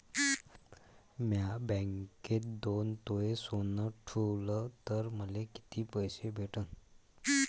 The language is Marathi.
म्या बँकेत दोन तोळे सोनं ठुलं तर मले किती पैसे भेटन